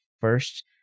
first